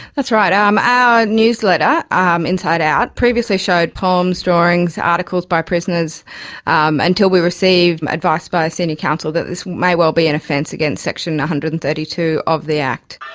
that's right, um our newsletter, um inside out, previously showed poems, drawings, articles by prisoners until we received advice by a senior counsel that this may well be an offence against section one ah hundred and thirty two of the act.